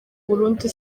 burundu